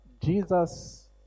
Jesus